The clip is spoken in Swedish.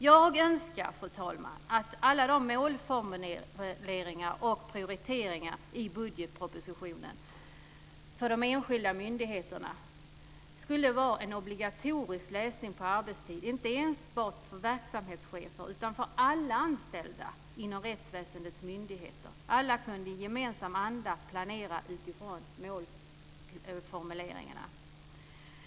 Jag önskar, fru talman, att alla de målformuleringar och prioriteringar i budgetpropositionen för de enskilda myndigheterna skulle vara en obligatorisk lösning när det gäller arbetstiden, inte enbart för verksamhetschefer utan för alla anställda inom rättsväsendets myndigheter. Alla kunde då i gemensam anda planera utifrån målformuleringarna.